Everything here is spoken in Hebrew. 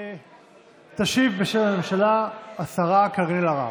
תשיב בשם הממשלה השרה קארין אלהרר.